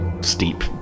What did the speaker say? steep